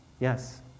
Yes